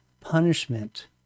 punishment